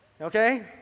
Okay